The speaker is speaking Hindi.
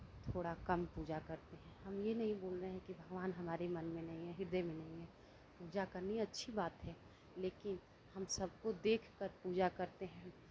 थोड़ा कम पूजा करते हैं हम ये नहीं बोल रहे हैं कि भगवान हमारे मन में नहीं हैं हृदय में नहीं हैं पूजा करनी अच्छी बात है लेकिन हम सबको देख कर पूजा करते हैं